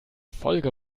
folge